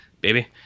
baby